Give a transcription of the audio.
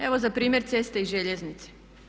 Evo za primjer ceste i željeznice.